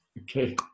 Okay